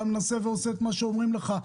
אתה מנסה ועושה את מה שאומרים לך.